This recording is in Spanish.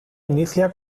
inicia